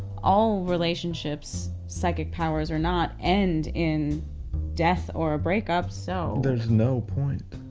all relationships, psychic powers or not, end in death or a breakup, so there's no point.